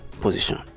position